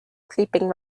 creeping